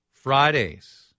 Fridays